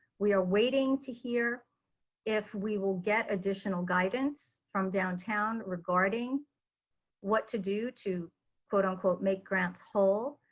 we are waiting to hear if we will get additional guidance from downtown regarding what to do to quote unquote make grants whole.